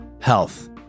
health